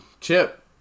Chip